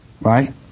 Right